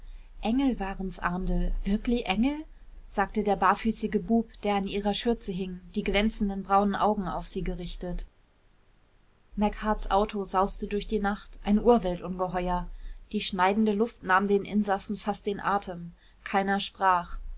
engel waren's ahndl wirkli engel sagte der barfüßige bub der an ihrer schürze hing die glänzenden braunen augen auf sie gerichtet machearts auto sauste durch die nacht ein urweltungeheuer die schneidende luft nahm den insassen fast den atem keiner sprach